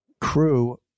crew